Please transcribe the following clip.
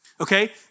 okay